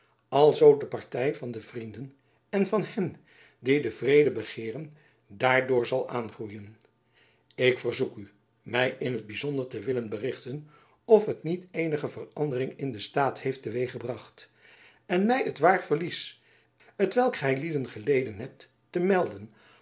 alzoo de party van de vrienden en van hen die den vrede begeeren daardoor zal aangroeien ik verzoek u my in t byzonder te willen berichten of het niet eenige verandering in den staat heeft te weeg gebracht en my t waar verlies t welk gylieden geleden hebt te melden